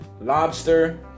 lobster